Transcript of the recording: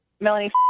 Melanie